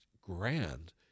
grand